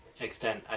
extent